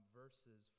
verses